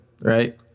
right